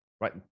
right